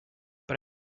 but